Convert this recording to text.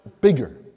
bigger